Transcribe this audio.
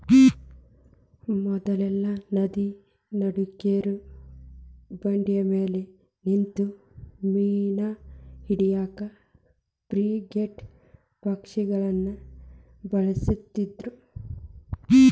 ಮೊದ್ಲೆಲ್ಲಾ ನದಿ ನಡಕ್ಕಿರೋ ಬಂಡಿಮ್ಯಾಲೆ ನಿಂತು ಮೇನಾ ಹಿಡ್ಯಾಕ ಫ್ರಿಗೇಟ್ ಪಕ್ಷಿಗಳನ್ನ ಬಳಸ್ತಿದ್ರು